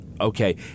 okay